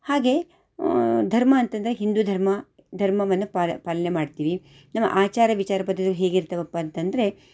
ಹಾಗೇ ಧರ್ಮ ಅಂತಂದರೆ ಹಿಂದೂ ಧರ್ಮ ಧರ್ಮವನ್ನು ಪಾಲ ಪಾಲನೆ ಮಾಡ್ತೀವಿ ನಮ್ಮ ಆಚಾರ ವಿಚಾರ ಪದ್ಧತಿ ಹೇಗಿರ್ತಾವಪ್ಪ ಅಂತಂದರೆ